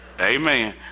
Amen